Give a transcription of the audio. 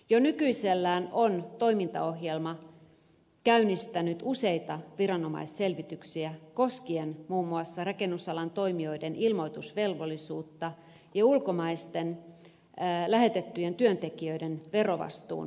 jo nykyisellään on toimintaohjelma käynnistänyt useita viranomaisselvityksiä koskien muun muassa rakennusalan toimijoiden ilmoitusvelvollisuutta ja ulkomaisten lähetettyjen työntekijöiden verovastuun tehostamista